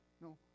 No